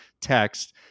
text